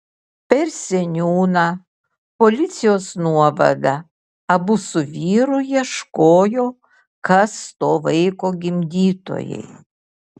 per seniūną policijos nuovadą abu su vyru ieškojo kas to vaiko gimdytojai